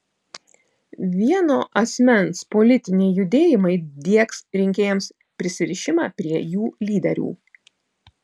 vieno asmens politiniai judėjimai diegs rinkėjams prisirišimą prie jų lyderių